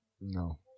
No